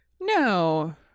No